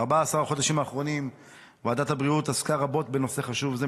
ב-14 החודשים האחרונים ועדת הבריאות עסקה רבות בנושא חשוב זה,